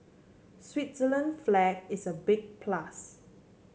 Switzerland flag is a big plus